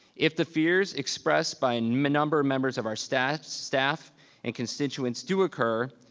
if the fears expressed by a number of members of our staff, staff and constituents do occur,